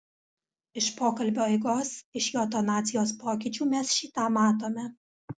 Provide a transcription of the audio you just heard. iš pokalbio eigos iš jo tonacijos pokyčių mes šį tą matome